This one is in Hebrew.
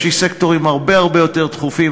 יש לי סקטורים הרבה הרבה יותר דחופים,